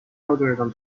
algorithm